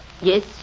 Yes